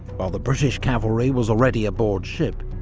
while the british cavalry was already aboard ship.